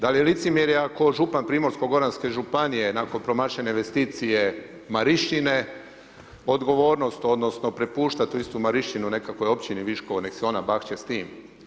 Da li je licemjerje ako župan Primorsko-goranske županije nakon promašene investicije Marišćine odgovornost odnosno prepušta istu tu Marišćinu nekakvoj općini Viškovo nek se ona bakće s tim.